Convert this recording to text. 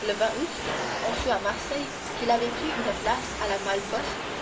le août on sut à marseille qu'il avait pris une place à la malle-poste